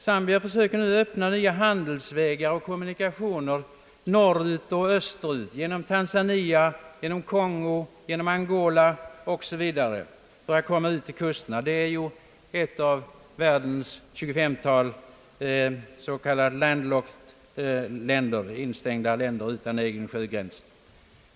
Zambia försöker nu öppna nya handelsvägar och kommunikationer norrut och österut genom Tanzania, Kongo, Angola o.s.v. för att komma ut till kusterna. Det är ju ett av världens 25-tal s.k. »landlocked» länder, instängda länder utan egen havsgräns.